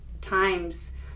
times